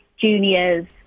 juniors